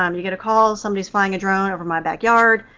um you get a call somebody's flying a drone over my backyard.